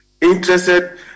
interested